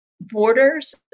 borders